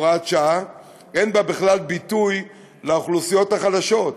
הוראת שעה: אין בה בכלל ביטוי לאוכלוסיות החלשות.